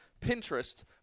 Pinterest